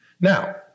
Now